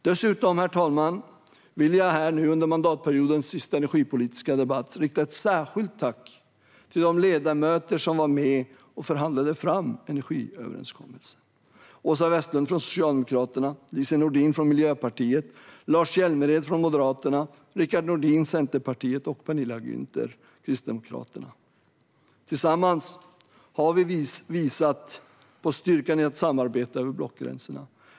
Dessutom vill jag under mandatperiodens sista energipolitiska debatt rikta ett särskilt tack till de ledamöter som var med och förhandlade fram energiöverenskommelsen: Åsa Westlund från Socialdemokraterna, Lise Nordin från Miljöpartiet, Lars Hjälmered från Moderaterna, Rickard Nordin från Centerpartiet och Penilla Gunther från Kristdemokraterna. Tillsammans har vi visat på styrkan i att samarbeta över blockgränserna.